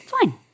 Fine